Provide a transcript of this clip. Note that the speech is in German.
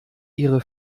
ihre